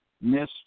Miss